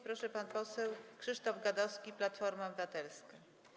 Proszę, pan poseł Krzysztof Gadowski, Platforma Obywatelska.